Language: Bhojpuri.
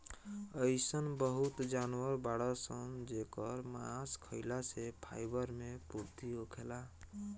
अइसन बहुते जानवर बाड़सन जेकर मांस खाइला से फाइबर मे पूर्ति होखेला